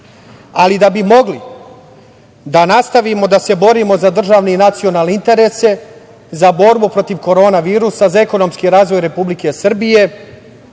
ali da bi mogli da nastavimo da se borimo za državne i nacionalne interese, za borbu protiv korona virusa, za ekonomski razvoj Republike Srbije,